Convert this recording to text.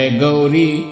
Gauri